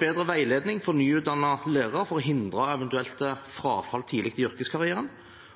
bedre veiledning for nyutdannede lærere for å hindre et eventuelt frafall tidlig i yrkeskarrieren,